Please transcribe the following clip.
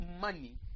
money